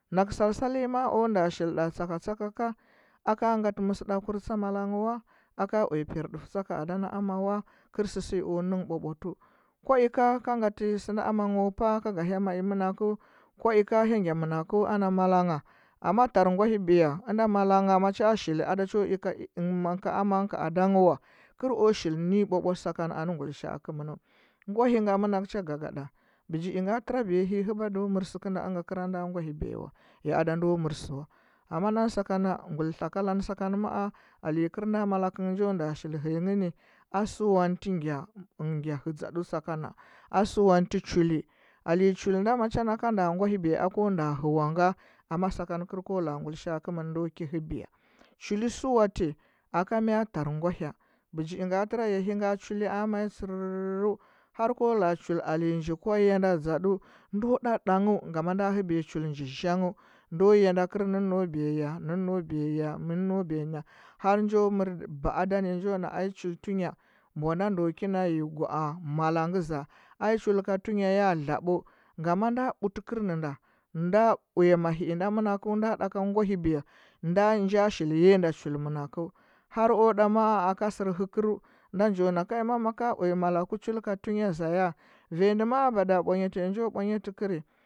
Nakɚ salsalinyi ma o nda shilɗa tsakatsaka ka aka ngatɚ mɚsɚɗakɚkur tsa malangh wa aka uye pwardɚfu abaka ada na ama wa kɚr sɚsɚnyi o nɚnghɚ ɓwaɓwatɚu. Kwa ika ka ngatɚ sɚnda amangho pea ka ga hya mai mɚnakeu, kwa ika hya ngya mɚnakɚu ana malangha amma tar ngwahibiya ɚnda malanga macha shil ada choi ka amangh ka adangh wa, kɚr o shil ninyi ɓwaɓwate sakana anɚ ngulishaa kɚmɚnɚu ngwahi nda mɚnakɚ cha gagaɗa. Bejiinga, tɚra biya hi hɚba do mɚr sɚkɚnda ɚnga kɚranda ngwahibiya wa. Ya ada ndo mɚr amma nan sakana nguli uakalanɚ sakanɚ ma’a, alenyi kɚr molakɚ ngɚ njo nda shil hɚyanghni asuwantɚ ngya, ngya hɚdzaɗɚ sakana, asuwantɚ chuli sase chul nda macha naka nda ngwaliibiya akonda hɚwa nga, amma sakana kɚr ko laa ngulishaa kɚmɚn ndo ki hɚbiya chuli suwati, aka mya tar ngwahya bijiinga tɚra yahi nga chulya mai har ko la’a chul aleya nji kwa yanda dzaɗu, ndo ɗa ɗanghɚu gama nda hɚbiya chul nji zhanghɚu ndo yanda kɚr nɚnno beya, nɚnno beya nɚnno biya ma, har njo mɚr baada ni njo na ai chul tunya mbwanda ndo kina yi gwaa malakɚngɚ za ai chul a tunya ya dlaɓɚu, ngama ɓutɚ kɚrnɚnda nda uya chul mahii nda mɚnakɚu, nda daka ngwahibiya, nda njo shili yiyanda chul mɚnakɚu har o ɗa ma ka sɚr hɚkɚrou nda njo na kai ma maka uya mala ku jul ka tunya zaya njo bwanya tɚkɚri.